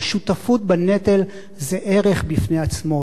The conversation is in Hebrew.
אבל שותפות בנטל זה ערך בפני עצמו.